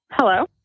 Hello